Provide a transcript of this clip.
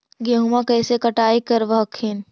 गेहुमा कैसे कटाई करब हखिन?